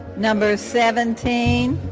number seventeen